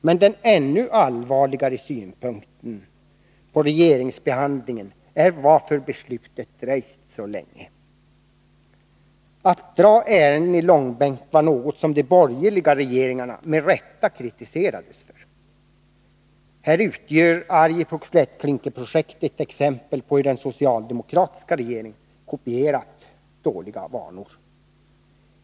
Men ännu allvarligare är frågan varför regeringsbeslutet har dröjt så länge. Att dra ärenden i långbänk var något som de borgerliga regeringarna med rätta kritiserades för. Här utgör Arjeplogs lättklinkerprojekt ett exempel på hur den socialdemokratiska regeringen kopierat dåliga vanor.